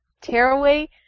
Tearaway